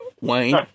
Wayne